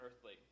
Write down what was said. earthly